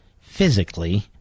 Physically